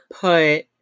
put